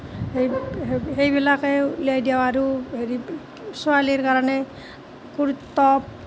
সেই সেই সেইবিলাকে উলিয়াই দিওঁ আৰু হেৰি ছোৱালীৰ কাৰণে কুৰ টপ